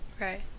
Right